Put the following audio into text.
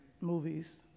movies